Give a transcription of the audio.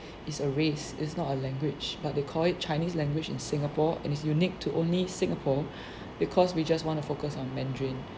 it's a race it's not a language but they call it chinese language in singapore and is unique to only singapore because we just want to focus on mandarin